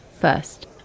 first